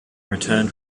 returned